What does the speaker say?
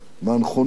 מהנכונות